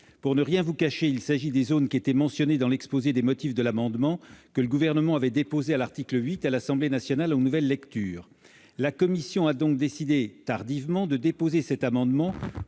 Pour ne rien vous cacher, il s'agit des zones qui étaient mentionnées dans l'exposé des motifs de l'amendement que le Gouvernement avait déposé à l'article 8 à l'Assemblée nationale en nouvelle lecture. La commission a décidé tardivement de déposer cet amendement,